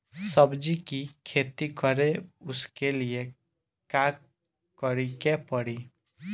सब्जी की खेती करें उसके लिए का करिके पड़ी?